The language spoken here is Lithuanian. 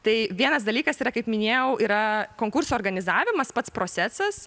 tai vienas dalykas yra kaip minėjau yra konkurso organizavimas pats procesas